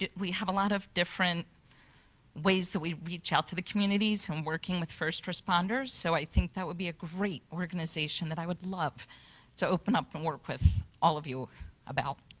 we have a lot of different ways that we reach out to the communities in working with first responders, so i think that would be a great organization that i would love to open up and work with all of you about.